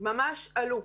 ממש עלו.